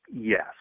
yes